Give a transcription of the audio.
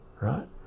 right